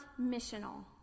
missional